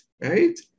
right